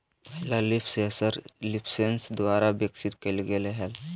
पहला leaf sensor LeafSens द्वारा विकसित कइल गेलय हल